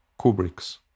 Kubrick's